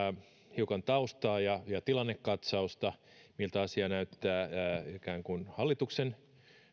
hiukan taustaa ja ja tilannekatsausta miltä asia näyttää hallituksen